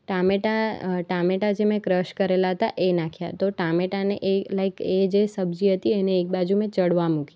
ટામેટા ટામેટા જે મેં ક્રશ કરેલા હતા એ નાખ્યા તો ટામેટાને એ લાઇક એ જે સબજી હતી એને એક બાજુ મેં ચડવા મૂકી